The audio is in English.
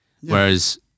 Whereas